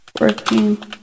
working